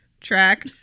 track